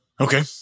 Okay